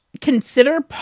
consider